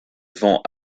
vend